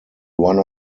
one